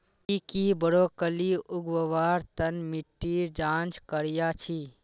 ती की ब्रोकली उगव्वार तन मिट्टीर जांच करया छि?